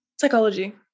Psychology